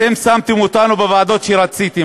אתם שמתם אותנו בוועדות שרציתם,